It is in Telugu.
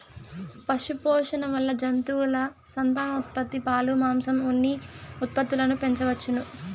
పశుపోషణ వల్ల జంతువుల సంతానోత్పత్తి, పాలు, మాంసం, ఉన్ని ఉత్పత్తులను పెంచవచ్చును